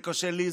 זה קשה לי,